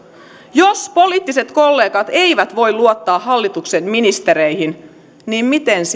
jos poliittiset kollegat eivät voi luottaa hallituksen ministereihin niin miten sitten